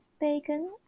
bacon